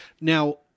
Now